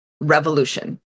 revolution